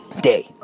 day